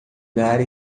dar